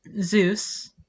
Zeus